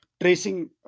tracing